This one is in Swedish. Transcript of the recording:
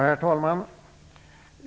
Herr talman!